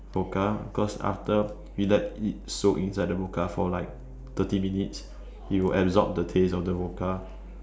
vodka cause after we let it soak inside the vodka for like thirty minutes it will absorb the taste of the vodka